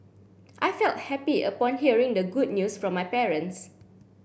I felt happy upon hearing the good news from my parents